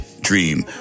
dream